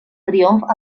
triomf